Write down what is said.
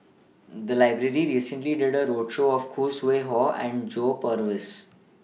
The Library recently did A roadshow on Khoo Sui Hoe and John Purvis